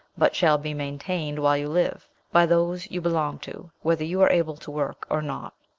but shall be maintained, while you live, by those you belong to, whether you are able to work or not.